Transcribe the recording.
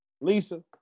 Lisa